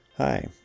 Hi